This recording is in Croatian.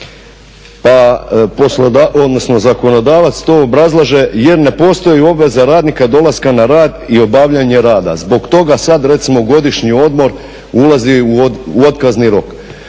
zakonodavac to obrazlaže jer ne postoji obveza radnika dolaska na rad i obavljanje rada. Zbog toga sad recimo godišnji odmor ulazi u otkazni rok.